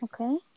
Okay